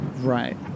Right